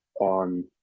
on